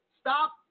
Stop